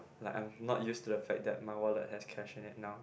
like I am not used to the fact that my wallet has cash in it now